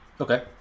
Okay